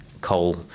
coal